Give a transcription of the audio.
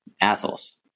assholes